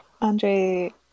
Andre